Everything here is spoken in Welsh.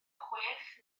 chwech